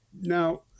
Now